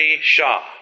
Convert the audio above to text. Shah